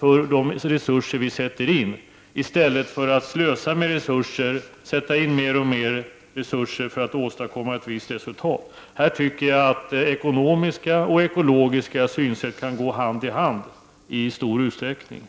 av de resurser vi sätter in, i stället för att slösa med resurser, sätta in mer och mer resurser för att åstadkomma ett visst resultat. Här sammanfaller, tycker jag, ekonomiska och ekologiska synsätt i stor utsträckning.